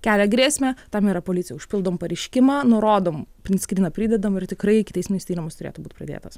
kelia grėsmę tam yra policija užpildom pareiškimą nurodom printskryną pridedam ir tikrai ikiteisminis tyrimas turėtų būt pradėtas